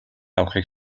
авахыг